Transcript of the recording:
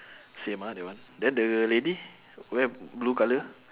same ah that one then the lady wear blue colour